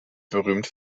berühmt